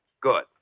Good